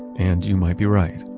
and you might be right.